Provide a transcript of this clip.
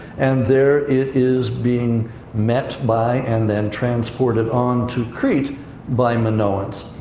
and there it is being met by and then transported on to crete by minoans.